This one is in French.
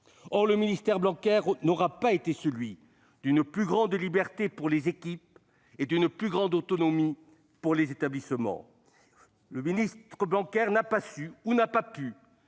Or le ministère Blanquer n'aura pas été celui d'une plus grande liberté pour les équipes et d'une plus grande autonomie pour les établissements. Le ministre n'a pas su ou n'a pas pu